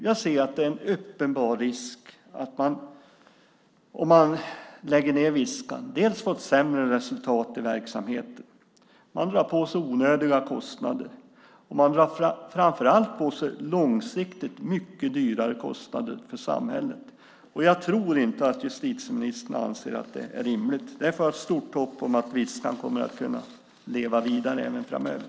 Om man lägger ned Viskan ser jag en uppenbar risk dels för ett sämre resultat i verksamheten i och med att man drar på sig ökade kostnader, dels, och framför allt, för att man långsiktigt drar på sig mycket dyrare samhällskostnader. Jag tror inte att justitieministern anser att det är rimligt. Därför har jag ett stort hopp om att Viskan ska kunna leva vidare även framöver.